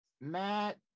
Matt